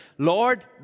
Lord